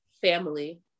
family